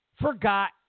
forgot